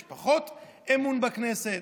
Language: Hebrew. יש פחות אמון בכנסת?